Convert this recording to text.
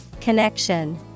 Connection